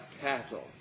cattle